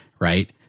right